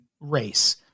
race